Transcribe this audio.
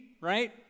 right